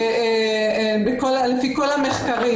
לפי כל המחקרים.